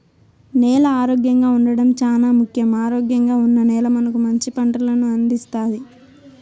నేల ఆరోగ్యంగా ఉండడం చానా ముఖ్యం, ఆరోగ్యంగా ఉన్న నేల మనకు మంచి పంటలను అందిస్తాది